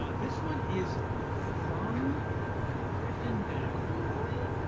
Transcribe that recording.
ah this one is from griffin mcelroy.